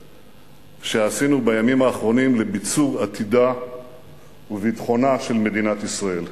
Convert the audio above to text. שעשינו בימים האחרונים לביצור עתידה וביטחונה של מדינת ישראל.